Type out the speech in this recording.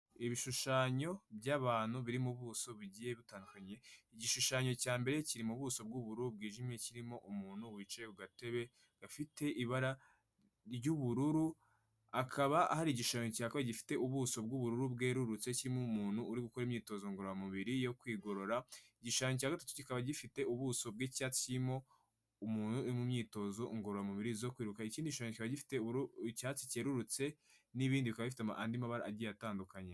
Ibishushanyo by'abantu biri mubuso bigiye bitandukanye. Igishushanyo cya mbere kiri mu ubuso bw'ubururu bwijimye, kirimo umuntu wicaye kugatebe afite ibara ry'ubururu hakaba hari igishushanyo cya kabiri, gifite ubuso bw'ubururu bwererutse kirimo umuntu uri gukora imyitozo ngororamubiri yo kwigorora, igishushanyo cya gatatu kikaba gifite ubuso bw'icyatsi. Kirimo umuntu uri mu myitozo ngorora mubiri zo kwiruka, ikindi gishishanyo kiba gifite icyatsi cyererutse n'ibindi bikatuma andi mabara agiye atandukanye.